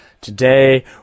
today